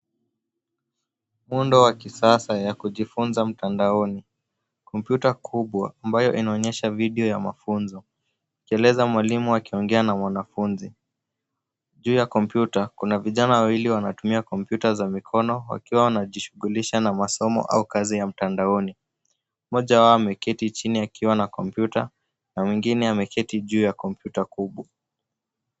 Muundo wa kisasa ya kujifunza mtandaoni. Kompyuta kubwa, ambayo inaonyesha video ya mafunzo, ikieleza mwalimu akiongea na mwanafunzi. Juu ya kompyuta, kuna vijana wawili wanatumia kompyuta za mikono, wakiwa wanajishughulisha na masomo au kazi ya mtandaoni. Mmoja wao ameketi chini akiwa na kompyuta, na wengine ameketi juu ya kompyuta kubwa.